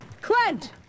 Clint